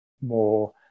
more